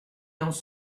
dans